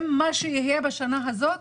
עם מה שיהיה בשנה הזאת,